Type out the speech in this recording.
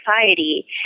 society